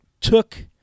took